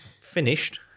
finished